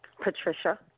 Patricia